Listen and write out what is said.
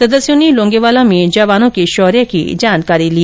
सदस्यों ने लौंगेवाला में जवानों के शौर्य की जानकारी ली